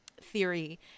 theory